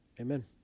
Amen